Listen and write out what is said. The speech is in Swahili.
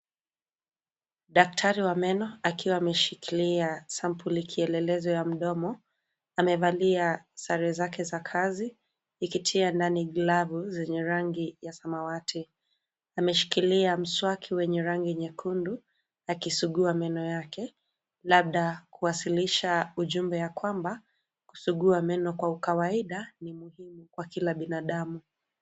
Daktari wa meno akiwa ameshikilia sampuli kielelezo ya mdomo amevalia sare zake za kazi, ikitia ndani glavu zenye rangi ya samawati. Ameshikilia mswaki wenye rangi nyekundu akisugua meno yake, labda kuwasilisha ujumbe ya kwamba, kusugua meno kwa ukawaida ni muhimu kwa kila binadamu.